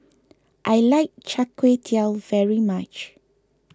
I like Char Kway Teow very much